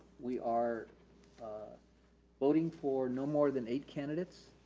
we are voting for no more than eight candidates.